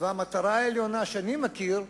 והמטרה העליונה שאני מכיר,